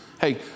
hey